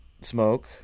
smoke